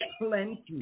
plenty